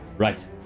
Right